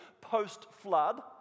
post-flood